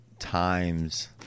times